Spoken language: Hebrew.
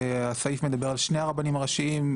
הסעיף מדבר על שני הרבנים הראשיים,